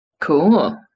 Cool